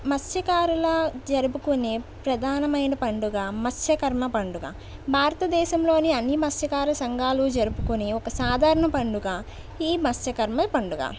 మత్స్య కారల జరుపుకునే ప్రధానమైన పండుగ మత్స్య కర్మ పండుగ భారత దేశంలోని అన్నిమత్స్య కార సంఘాలు జరుపుకునే ఒక సాధారణ పండుగ ఈ మత్స్య కర్మ పండుగ